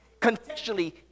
contextually